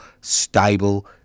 stable